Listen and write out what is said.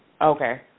Okay